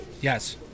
Yes